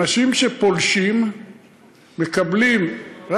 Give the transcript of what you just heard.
אנשים שפולשים מקבלים, מה זה פולשים?